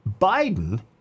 Biden